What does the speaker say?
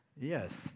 Yes